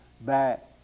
back